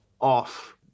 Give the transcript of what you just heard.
off